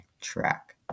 track